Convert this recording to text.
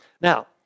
Now